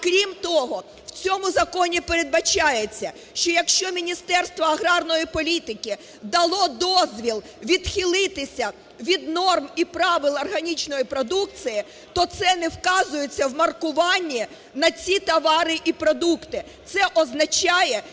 крім того, в цьому законі передбачається, що якщо Міністерство аграрної політики дало дозвіл відхилитися від норм і правил органічної продукції, то це не вказується в маркуванні на ці товари і продукти,